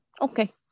Okay